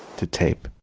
to tape